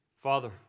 Father